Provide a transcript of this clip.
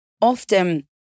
often